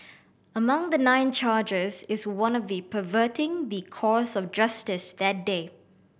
among the nine charges is one of perverting the course of justice that day